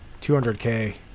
200K